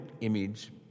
image